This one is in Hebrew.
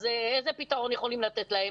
אז איזה פתרון יכולים לתת להם?